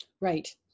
right